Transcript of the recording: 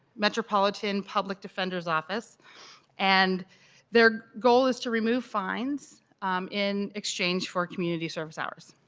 metropolitan public defender's office and their goal is to remove fines in exchange for community service hours.